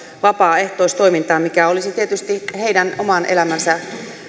vapaaehtoistoimintaan mikä olisi tietysti heidän oman elämänsä